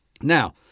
Now